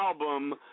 album